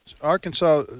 Arkansas